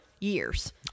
years